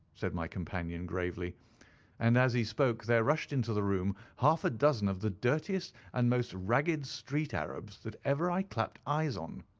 said my companion, gravely and as he spoke there rushed into the room half a dozen of the dirtiest and most ragged street arabs that ever i clapped eyes on.